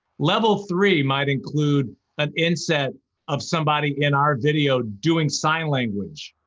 level three might include an inset of somebody in our video doing sign language.